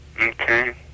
Okay